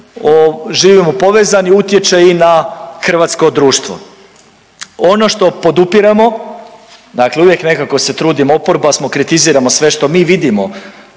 živimo povezani utječe i na hrvatsko društvo. Ono što podupiremo dakle uvijek nekako se trudimo, oporaba smo, kritiziramo sve što mi vidimo